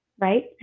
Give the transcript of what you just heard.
right